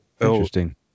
interesting